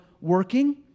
working